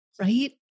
Right